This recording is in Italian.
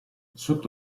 sotto